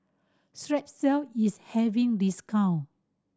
Strepsils is having discount